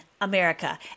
America